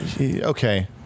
okay